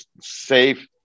safe